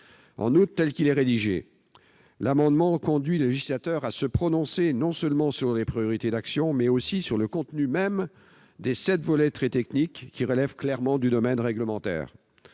En outre, tel qu'il est rédigé, cet amendement conduit le législateur à se prononcer, non seulement sur les priorités d'action, mais aussi sur le contenu même de sept volets très techniques, qui relèvent clairement du domaine réglementaire.